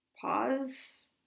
pause